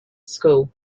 school